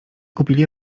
kupili